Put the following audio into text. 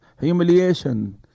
humiliation